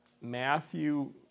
Matthew